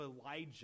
Elijah